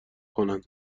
کنند